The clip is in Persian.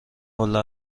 والا